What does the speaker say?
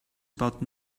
about